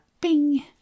bing